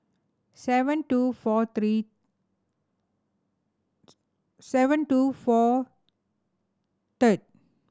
seven two four three seven two four third